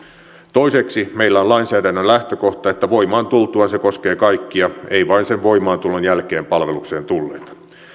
toiseksi meillä on lainsäädännön lähtökohtana että voimaan tultuaan se koskee kaikkia ei vain sen voimaantulon jälkeen palvelukseen tulleita